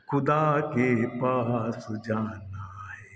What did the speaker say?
खुदा के पास जाना है